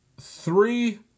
three